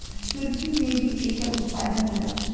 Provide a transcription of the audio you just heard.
तुर्की में भी एकर उत्पादन होला